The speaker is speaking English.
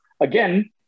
again